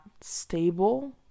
stable